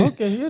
Okay